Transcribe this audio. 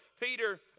Peter